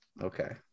okay